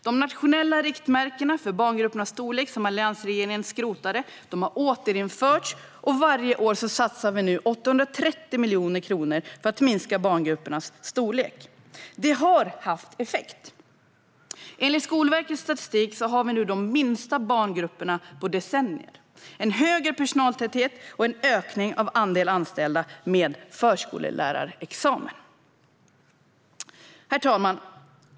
De nationella riktmärken för barngruppernas storlek som alliansregeringen skrotade har återinförts, och varje år satsar vi nu 830 miljoner kronor för att minska barngruppernas storlek. Detta har haft effekt. Enligt Skolverkets statistik har vi nu de minsta barngrupperna på decennier, en högre personaltäthet och en ökning av andelen anställda med förskollärarexamen. Herr talman!